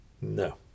No